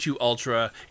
Ultra